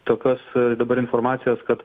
tokios dabar informacijos kad